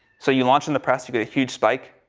so you launch in the press, you get a huge spike.